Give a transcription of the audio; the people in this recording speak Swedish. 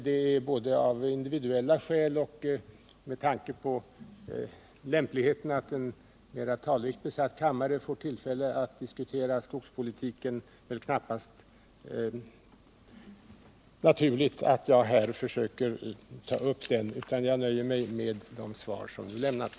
Det är väl av både individuella skäl och med tanke på lämpligheten att få tillfälle att diskutera skogspolitiken inför en mera talrikt besatt kammare knappast naturligt att jag nu försöker ta upp den frågan, utan jag nöjer mig med det svar som lämnats.